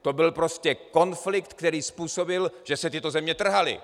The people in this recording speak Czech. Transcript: To byl prostě konflikt, který způsobil, že se tyto země trhaly.